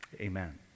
Amen